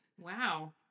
Wow